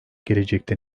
gelecekte